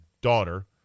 daughter